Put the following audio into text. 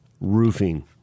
Roofing